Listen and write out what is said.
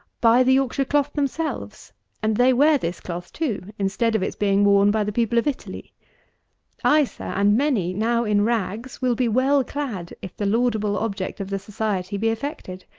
buy the yorkshire cloth themselves and they wear this cloth too, instead of its being worn by the people of italy ay, sir, and many, now in rags, will be well clad, if the laudable object of the society be effected.